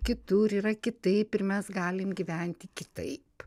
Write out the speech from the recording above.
kitur yra kitaip ir mes galim gyventi kitaip